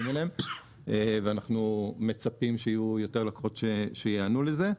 אליהם ואנחנו מצפים שיהיו יותר לקוחות שייענו לזה.